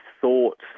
thought